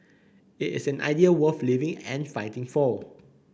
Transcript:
it is an idea worth living and fighting for